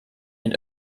den